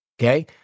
Okay